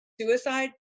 suicide